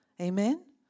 Amen